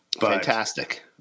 Fantastic